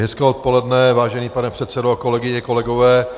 Hezké odpoledne, vážený pane předsedo, kolegyně, kolegové.